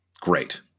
great